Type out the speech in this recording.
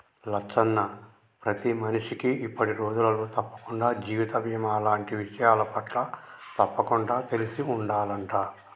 లచ్చన్న ప్రతి మనిషికి ఇప్పటి రోజులలో తప్పకుండా జీవిత బీమా లాంటి విషయాలపట్ల తప్పకుండా తెలిసి ఉండాలంట